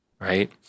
right